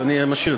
אסביר: